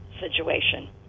situation